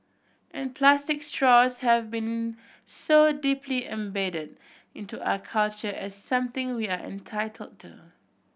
and plastic straws have been so deeply embedded into our culture as something we are entitled to